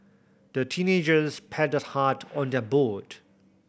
the teenagers paddled hard on their boat